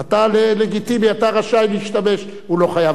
לגיטימי, אתה רשאי להשתמש, הוא לא חייב לענות לך.